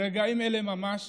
ברגעים אלה ממש